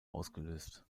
ausgelöst